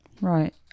Right